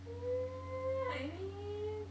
mm I mean